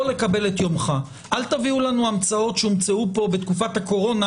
אל תביאו לנו המצאות שהומצאו בתקופת הקורונה